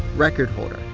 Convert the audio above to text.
record holder.